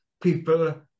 people